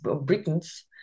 Britons